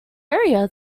area